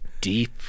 deep